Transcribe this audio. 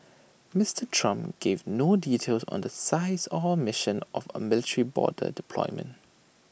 Mister Trump gave no details on the size or mission of A military border deployment